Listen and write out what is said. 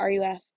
RUF